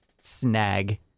snag